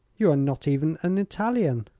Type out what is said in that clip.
you are not even an italian.